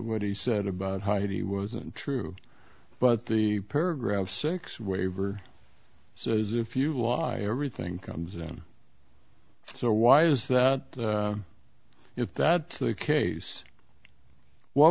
what he said about heidi was true but the paragraph six waiver so is if you lie everything comes in so why is that if that's the case why